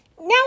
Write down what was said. Now